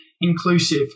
inclusive